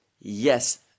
yes